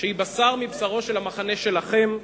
בשר מבשרו של המחנה שלכם,